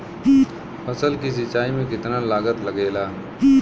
फसल की सिंचाई में कितना लागत लागेला?